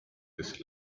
this